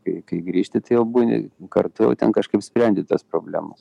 kai kai grįžti tai jau būni kartu jau ten kažkaip sprendi tas problemas